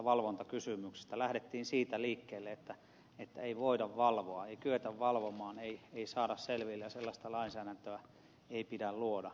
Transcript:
lähdettiin siitä liikkeelle että ei voida valvoa ei kyetä valvomaan ei saada selville ja sellaista lainsäädäntöä ei pidä luoda